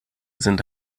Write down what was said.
sind